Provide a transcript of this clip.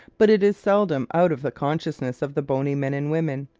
but it is seldom out of the consciousness of the bony men and women.